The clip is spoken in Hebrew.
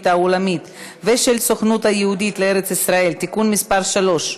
העולמית ושל הסוכנות היהודית לארץ-ישראל (תיקון מס' 3)